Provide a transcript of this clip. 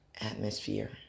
atmosphere